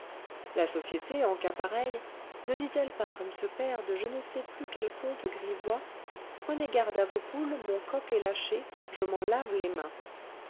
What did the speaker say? la société en cas pareil ne dit-elle pas comme ce père de je ne sais plus quel conte grivois prenez garde à vos poules mon coq est lâché je m'en lave les mains